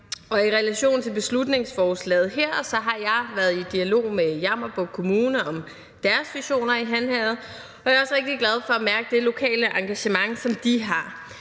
I relation til beslutningsforslaget har jeg været i dialog med Jammerbugt Kommune om deres visioner i Han Herred, og jeg er også rigtig glad for at mærke det lokale engagement, som de har.